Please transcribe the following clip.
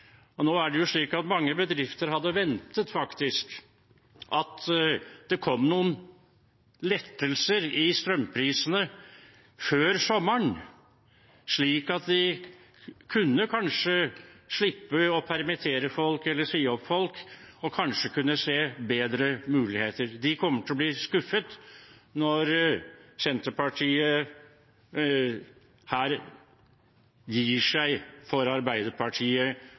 Nå er det slik at mange bedrifter faktisk hadde ventet at det kom noen lettelser i strømprisene før sommeren, slik at de kanskje kunne slippe å permittere folk eller si opp folk, og kanskje kunne se bedre muligheter. De kommer til å bli skuffet når Senterpartiet her gir seg for Arbeiderpartiet